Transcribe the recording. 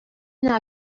nyuma